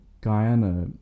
Guyana